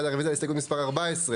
מי בעד רביזיה להסתייגות מספר 16?